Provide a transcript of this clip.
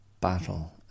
battle